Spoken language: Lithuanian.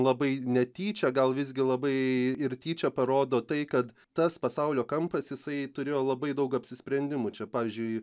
labai netyčia gal visgi labai ir tyčia parodo tai kad tas pasaulio kampas jisai turėjo labai daug apsisprendimų čia pavyzdžiui